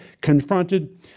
confronted